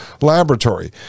Laboratory